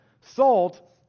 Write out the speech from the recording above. Salt